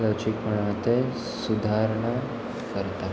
लवचीकपणात सुधारणां करता